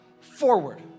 forward